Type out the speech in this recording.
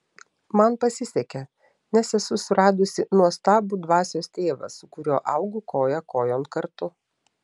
man pasisekė nes esu suradusi nuostabų dvasios tėvą su kuriuo augu koja kojon kartu